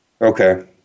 Okay